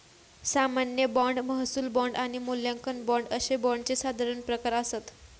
सामान्य बाँड, महसूल बाँड आणि मूल्यांकन बाँड अशे बाँडचे साधारण प्रकार आसत